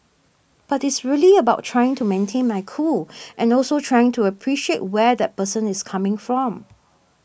but it's really about trying to maintain my cool and also trying to appreciate where that person is coming from